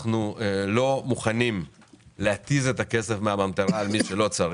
אנחנו לא מוכנים להתיז את הכסף מן הממטרה על מי שלא צריך.